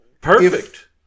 Perfect